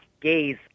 gays